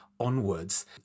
onwards